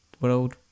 World